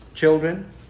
children